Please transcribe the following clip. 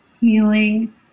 healing